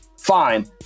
Fine